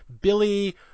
Billy